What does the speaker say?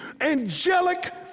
angelic